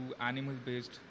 animal-based